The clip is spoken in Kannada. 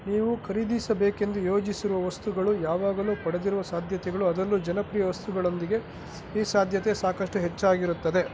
ನೀವು ಖರೀದಿಸಬೇಕೆಂದು ಯೋಜಿಸಿರುವ ವಸ್ತುಗಳು ಯಾವಾಗಲು ಪಡೆದಿರುವ ಸಾಧ್ಯತೆಗಳು ಅದರಲ್ಲು ಜನಪ್ರಿಯ ವಸ್ತುಗಳೊಂದಿಗೆ ಈ ಸಾಧ್ಯತೆ ಸಾಕಷ್ಟು ಹೆಚ್ಚಾಗಿರುತ್ತದೆ